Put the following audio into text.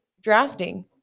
drafting